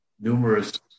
numerous